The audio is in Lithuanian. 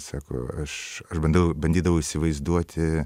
sako aš aš bandau bandydavau įsivaizduoti